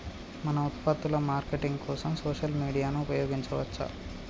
మన ఉత్పత్తుల మార్కెటింగ్ కోసం సోషల్ మీడియాను ఉపయోగించవచ్చా?